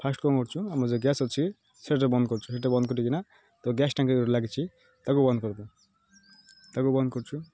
first କ'ଣ କରୁଛୁ ଆମର ଯେଉଁ ଗ୍ୟାସ୍ ଅଛି ସେଇଟା ବନ୍ଦ କରୁଛୁ ସେଇଟା ବନ୍ଦ କରିକିନା ତ ଗ୍ୟାସ୍ ଟାଙ୍କି ଲାଗିଛି ତାକୁ ବନ୍ଦ କରିଦେଉ ତାକୁ ବନ୍ଦ କରୁଛୁ